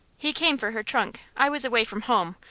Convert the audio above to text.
he came for her trunk. i was away from home,